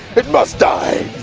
it must die.